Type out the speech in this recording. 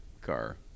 car